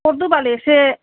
हरदो बाल एसे